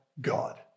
God